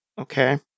Okay